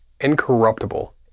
incorruptible